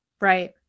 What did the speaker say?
Right